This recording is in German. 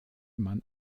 man